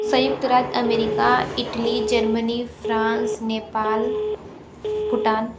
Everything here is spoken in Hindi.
संयुक्त राज America Italy Germany France Nepal Bhutan